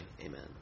amen